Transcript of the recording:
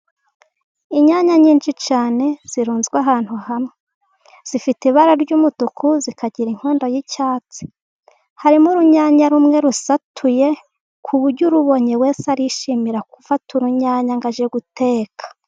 Inyanya nyinshi cyane, zirunzwe ahantu hamwe, zifite ibara ry'umutuku, zikagira inkondo y'icyatsi, harimo urunyanya rumwe rusatuye ,ku buryo urubonye wese arishimira gufata urunyanya ngo ajye guteka.